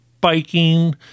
biking